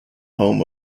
home